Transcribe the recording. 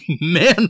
man